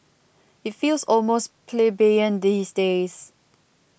it feels almost plebeian these days